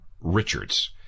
Richards